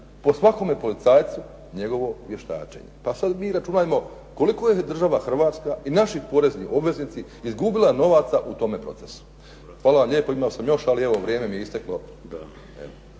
po svakome policajcu njegovo vještačenje. Pa sada mi računajmo koliko je država Hrvatska i naši porezni obveznici izgubila novaca u tome procesu. Hvala vam lijepo. Imao sam još ali vrijeme mi je isteklo.